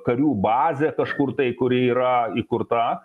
karių bazę kažkur tai kuri yra įkurta